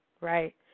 right